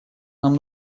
нам